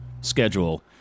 schedule